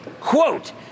quote